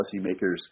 policymakers